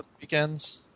Weekends